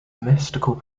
mystical